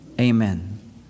Amen